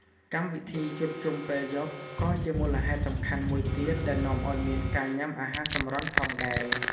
កម្មវិធីជួបជុំពេលយប់ ក៏ជាមូលហេតុសំខាន់មួយទៀតដែលនាំឱ្យមានការញ៉ាំអាហារសម្រន់ផងដែរ។